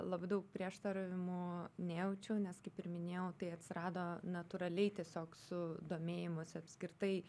labai daug prieštaravimų nejaučiau nes kaip ir minėjau tai atsirado natūraliai tiesiog su domėjimusi apskritai